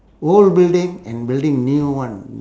old building and building new one